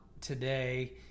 today